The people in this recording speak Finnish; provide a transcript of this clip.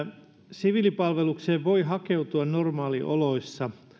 siviilipalvelukseen voi hakeutua normaalioloissa